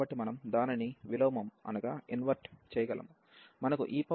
కాబట్టి మనం దానిని విలోమము చేయగలము మనకు e x21x2 ఉంది